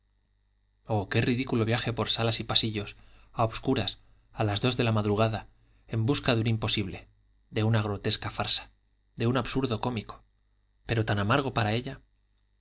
oh qué ridículo viaje por salas y pasillos a obscuras a las dos de la madrugada en busca de un imposible de una grotesca farsa de un absurdo cómico pero tan amargo para ella